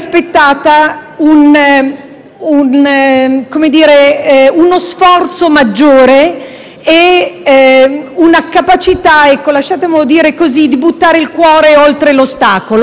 aspettata uno sforzo maggiore e una capacità - lasciatemelo dire così - di buttare il cuore oltre l'ostacolo. Non mi riferisco solo